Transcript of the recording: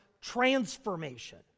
transformation